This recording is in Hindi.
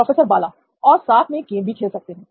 प्रोफेसर बाला और साथ में गेम भी खेल सकते हैं